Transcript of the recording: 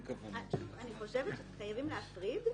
--- אני חושבת שחייבים להפריד,